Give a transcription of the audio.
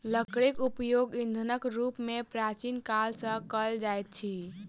लकड़ीक उपयोग ईंधनक रूप मे प्राचीन काल सॅ कएल जाइत अछि